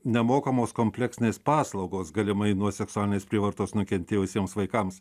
nemokamos kompleksinės paslaugos galimai nuo seksualinės prievartos nukentėjusiems vaikams